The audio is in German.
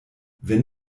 wenn